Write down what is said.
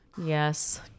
Yes